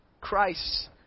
Christ